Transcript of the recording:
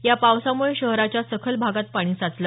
या पावसामुळे शहराच्या सखल भागात पाणी साचलं